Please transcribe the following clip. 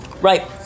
Right